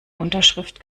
unterschrift